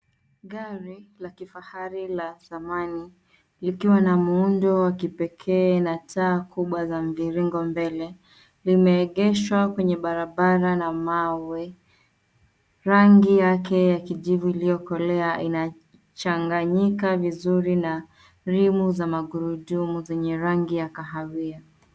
Gari la kifahari la zamani, likiwa na muundo wa kipekee na taa kubwa za mviringo mbele. Limeegeshwa kwenye barabara na mawe. Rangi yake ya kijivu iliyokolea inachanganyika vizuri na rimu za magurudumu zenye rangi ya kahawia.